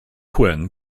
quinn